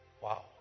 Wow